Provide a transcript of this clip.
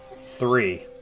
three